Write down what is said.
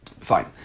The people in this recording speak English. Fine